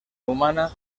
humana